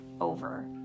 over